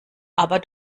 aber